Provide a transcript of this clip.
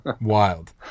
Wild